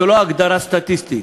זו לא הגדרה סטטיסטית,